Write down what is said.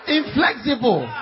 inflexible